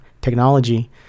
technology